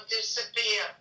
disappear